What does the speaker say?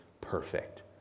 perfect